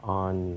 on